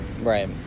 Right